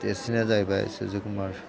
देरसिना जाहैबाय सुरज' खुमार